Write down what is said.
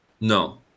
no